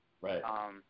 Right